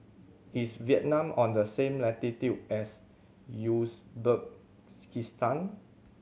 is Vietnam on the same latitude as Uzbekistan